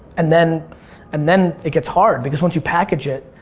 and then and then it gets hard because once you package it,